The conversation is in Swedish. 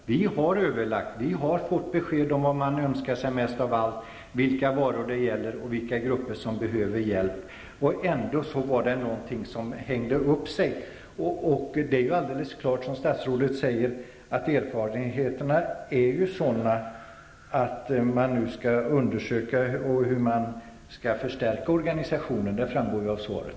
Han svarade att regeringen hade överlagt med balterna och att man hade fått besked om vad dessa önskade sig mest av allt, vilka varor det gällde och vilka grupper som behövde hjälp. Trots det var det något som hängde upp sig. Det är ju alldeles klart, som statsrådet säger, att erfarenheterna är sådana att man nu skall undersöka hur man skall förstärka organisationen. Detta framgår av svaret.